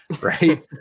right